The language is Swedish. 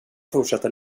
fortsätta